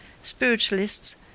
spiritualists